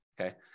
okay